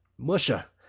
musha,